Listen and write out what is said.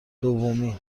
دومی